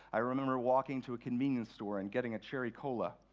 i remember walking to a convenience store and getting a cherry cola.